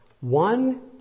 One